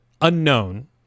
unknown